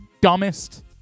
dumbest